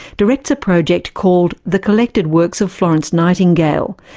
directs a project called the collected works of florence nightingale,